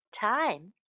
time